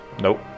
Nope